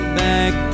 back